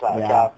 ya